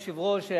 אדוני היושב-ראש,